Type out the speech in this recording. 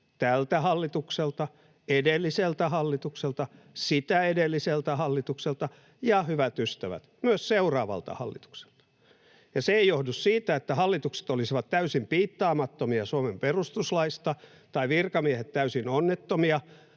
tältä hallitukselta, edelliseltä hallitukselta, sitä edelliseltä hallitukselta ja, hyvät ystävät, myös seuraavalta hallitukselta. Ja se ei johdu siitä, että hallitukset olisivat täysin piittaamattomia Suomen perustuslaista tai virkamiehet täysin onnettomia